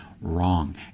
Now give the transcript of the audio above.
Wrong